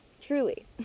Truly